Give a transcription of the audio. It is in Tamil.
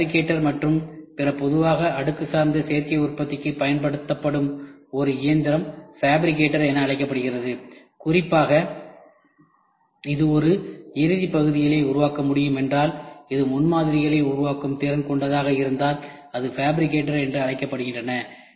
ஃபேப்ரிகேட்டர் மற்றும் பிற பொதுவாக அடுக்கு சார்ந்த சேர்க்கை உற்பத்திக்கு பயன்படுத்தப்படும் ஒரு இயந்திரம் ஃபேப்ரிகேட்டர் என அழைக்கப்படுகிறது குறிப்பாக இது ஒரு இறுதி பகுதிகளை உருவாக்க முடியும் என்றால் இது முன்மாதிரிகளை உருவாக்கும் திறன் கொண்டதாக இருந்தால் அது ஃபேப்ரிகேட்டர் என்று அழைக்கப்படுகிறது